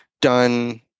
done